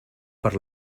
per